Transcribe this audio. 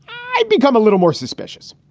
i've become a little more suspicious.